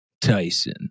Tyson